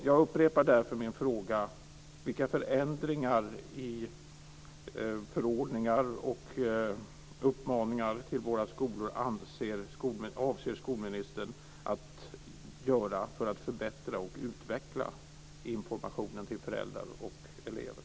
Jag upprepar därför min fråga: Vilka förändringar i förordningar och uppmaningar till våra skolor avser skolministern att göra för att förbättra och utveckla informationen till föräldrar och elever?